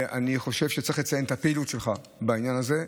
ואני חושב שצריך לציין את הפעילות שלך בעניין הזה,